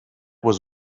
was